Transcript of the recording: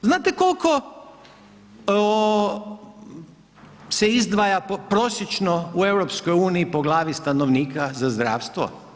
Znate koliko se izdvaja prosječno u EU po glavi stanovnika za zdravstvo?